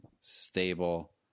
stable